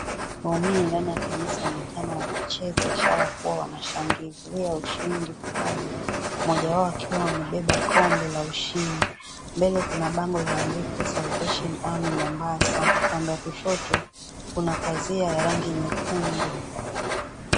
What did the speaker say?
Waumini ndani ya kanisa wanonekana wakicheza ishara ya kua wanashangilia ushindi fulani mmojawao akiwa amebeba kombe la ushindi mbele kuna bango lililoandikwa Salvation Army Mombasa upande wa kushoto kuna pazia ya rangi nyekundu.